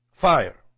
Fire